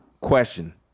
Question